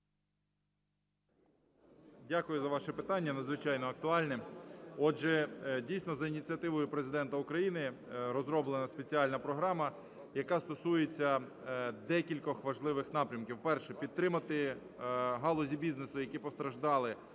Дякую за ваше питання, надзвичайно актуальне. Отже, дійсно, за ініціативою Президента України розроблена спеціальна програма, яка стосується декількох важливих напрямків.